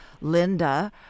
Linda